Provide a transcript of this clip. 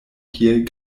kiel